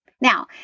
Now